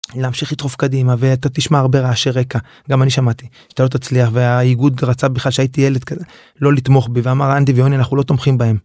להמשיך לתחוב קדימה ואתה תשמע הרבה רעשי רקע גם אני שמעתי, שאתה לא תצליח והאיגוד רצה בכלל, כשהייתי ילד כזה לא לתמוך בי ואמר אנדי ויוני אנחנו לא תומכים בהם.